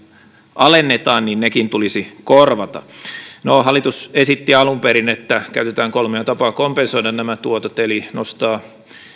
alennetaan nekin tulisi korvata no hallitus esitti alun perin että käytetään kolmea tapaa kompensoida nämä tuotot eli nostaa